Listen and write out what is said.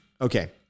Okay